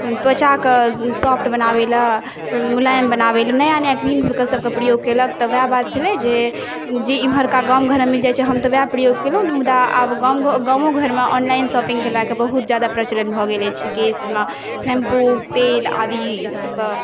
त्वचाक सोफ्ट बनाबै लेल मुलायम बनाबै लेल नया नया क्रीम सभक प्रयोग केलक तऽ वोएह बात छलै जे जे एम्हरका गाम घरमे मिल जाइत छै हम तऽ वोएह प्रयोग केलहुँ मुदा आब गाम घर गामो घरमे ऑनलाइन शॉपिंग केलाक बहत जादा प्रचलन भऽ गेल अछि केशमे शेम्पू तेल आदि ई सभके